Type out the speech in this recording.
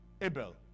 Abel